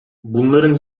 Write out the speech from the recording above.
bunların